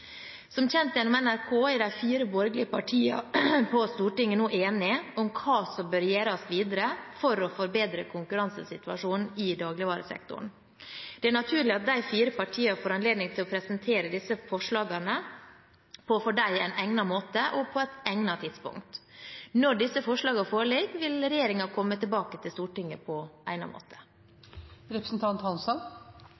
Som kjent gjennom NRK er de fire borgerlige partiene på Stortinget nå enige om hva som bør gjøres videre for å forbedre konkurransesituasjonen i dagligvaresektoren. Det er naturlig at de fire partiene får anledning til å presentere disse forslagene på en for dem egnet måte og på et egnet tidspunkt. Når disse forslagene foreligger, vil regjeringen komme tilbake til Stortinget på egnet måte.